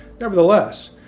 Nevertheless